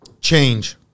Change